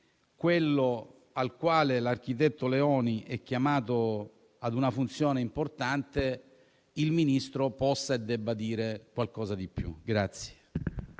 quello per il quale l'architetto Leoni è chiamato ad una funzione importante il Ministro possa e debba dire qualcosa di più.